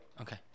Okay